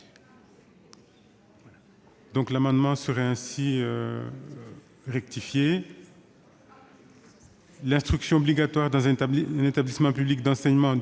en donner lecture :« L'instruction obligatoire dans un établissement public d'enseignement